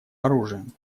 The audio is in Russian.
оружием